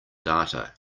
data